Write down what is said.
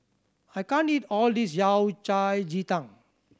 I can't eat all this Yao Cai ji tang